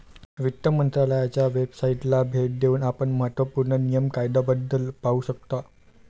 वित्त मंत्रालयाच्या वेबसाइटला भेट देऊन आपण महत्त्व पूर्ण नियम कायद्याबद्दल पाहू शकता